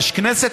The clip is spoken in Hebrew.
יש כנסת,